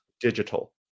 digital